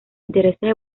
intereses